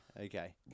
Okay